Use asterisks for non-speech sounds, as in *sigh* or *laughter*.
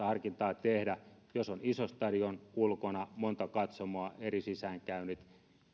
*unintelligible* harkintaa tehdä jos on iso stadion ulkona monta katsomoa eri sisäänkäynnit